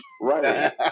Right